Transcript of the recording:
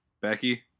becky